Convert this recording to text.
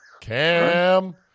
Cam